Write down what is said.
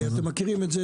אתם מכירים את זה